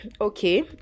okay